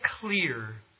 clear